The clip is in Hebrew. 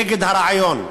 נגד הרעיון,